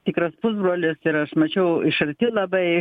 tikras pusbrolis ir aš mačiau iš arti labai